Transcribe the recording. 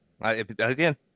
Again